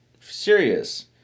serious